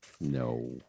No